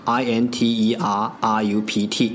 interrupt